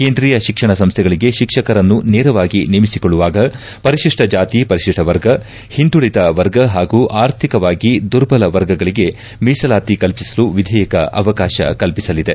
ಕೇಂದ್ರೀಯ ಶಿಕ್ಷಣ ಸಂಸ್ಥೆಗಳಿಗೆ ಶಿಕ್ಷಕರನ್ನು ನೇರವಾಗಿ ನೇಮಿಸಿಕೊಳ್ಳುವಾಗ ಪರಿತಿಷ್ಟ ಜಾತಿಪರಿತಿಷ್ಟ ವರ್ಗಒಂದುಳದ ವರ್ಗ ಹಾಗೂ ಅರ್ಥಿಕವಾಗಿ ದುರ್ಬಲ ವರ್ಗಗಳಿಗೆ ಮೀಸಲಾತಿ ಕಲ್ಪಿಸಲು ವಿಧೇಯಕ ಅವಕಾಶ ಕಲ್ಪಿಸಲಿದೆ